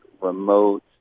remote